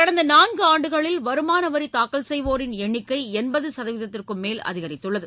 கடந்த நான்கு ஆண்டுகளில் வருமான வரி தாக்கல் செய்வோரின் எண்ணிக்கை எண்பது சதவீதத்திற்கும் மேல் அதிகரித்துள்ளது